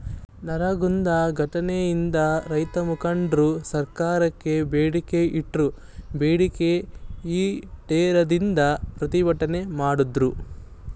ನರಗುಂದ ಘಟ್ನೆಯಿಂದ ರೈತಮುಖಂಡ್ರು ಸರ್ಕಾರಕ್ಕೆ ಬೇಡಿಕೆ ಇಟ್ರು ಬೇಡಿಕೆ ಈಡೇರದಿಂದ ಪ್ರತಿಭಟ್ನೆ ನಡ್ಸುದ್ರು